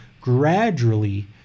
gradually